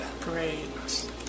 Great